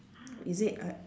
is it uh